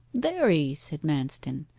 very, said manston.